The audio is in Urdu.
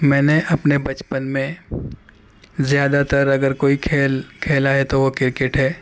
میں نے اپنے بچپن میں زیادہ تر اگر کوئی کھیل کھیلا ہے تو وہ کرکٹ ہے